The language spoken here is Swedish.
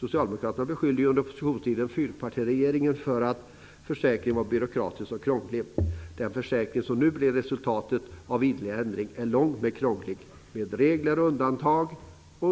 Socialdemokraterna beskyllde under oppositionstiden fyrpartiregeringen för att försäkringen var byråkratisk och krånglig. Den försäkring som nu blir resultatet av ideliga ändringar är långt mer krånglig. Det är regler och